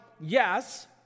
yes